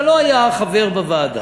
אבל לא היה חבר בוועדה.